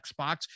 xbox